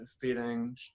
feeding